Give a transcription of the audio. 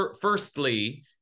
firstly